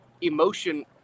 emotion